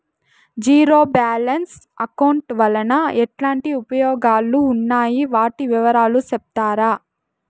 Zero balance account వలన ఎట్లాంటి ఉపయోగాలు ఉన్నాయి? వాటి వివరాలు సెప్తారా?